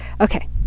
Okay